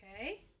Okay